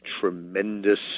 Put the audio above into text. tremendous